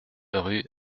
rue